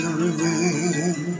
remain